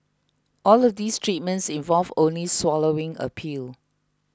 all of these treatments involve only swallowing a pill